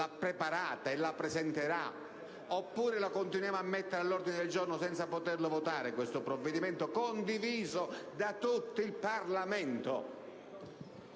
tecnica e la presenterà? Oppure continuiamo a mettere all'ordine del giorno, senza poterli votare, questi provvedimenti, condivisi da tutto il Parlamento?